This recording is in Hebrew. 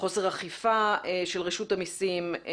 חוסר אכיפה של רשות המסים,